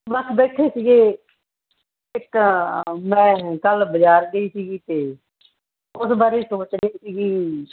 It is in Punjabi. ਬਸ ਬੈਠੇ ਸੀਗੇ ਇੱਕ ਮੈਂ ਕੱਲ੍ਹ ਬਾਜ਼ਾਰ ਗਈ ਸੀਗੀ ਅਤੇ ਉਹਦੇ ਬਾਰੇ ਸੋਚ ਰਹੀ ਸੀਗੀ